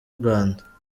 rwanda